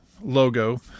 logo